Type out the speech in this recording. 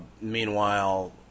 Meanwhile